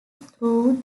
through